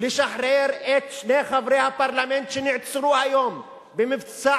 לשחרר את שני חברי הפרלמנט שנעצרו היום במבצע